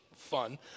fun